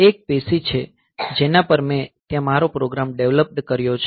આ એક PC છે જેના પર મેં ત્યાં મારો પ્રોગ્રામ ડેવલપ કર્યો છે